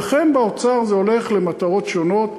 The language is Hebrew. כי אכן באוצר זה הולך למטרות שונות.